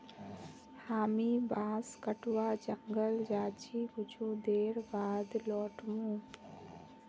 हामी बांस कटवा जंगल जा छि कुछू देर बाद लौट मु